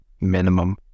minimum